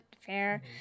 Fair